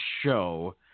show